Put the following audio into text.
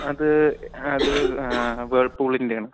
അത് അത് വെൾപൂളിൻ്റെയാണ്